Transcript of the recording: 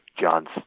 John's